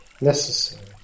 necessary